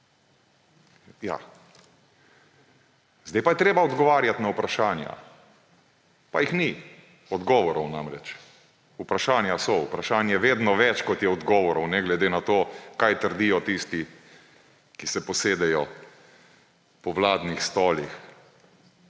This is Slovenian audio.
zdaj pa je treba odgovarjati na vprašanja, pa jih ni – odgovorov namreč. Vprašanja so, vprašanj je vedno več, kot je odgovorov, ne glede na to, kaj trdijo tisti, ki se posedejo po vladnih stolih.